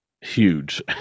huge